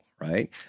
right